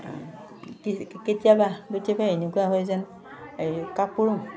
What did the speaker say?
কে কেতিয়াবা গতিকে এনেকুৱা হয় যেন এই কাপোৰো